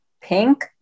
Pink